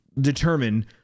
determine